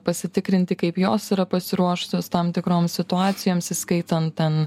pasitikrinti kaip jos yra pasiruošusios tam tikrom situacijoms įskaitant ten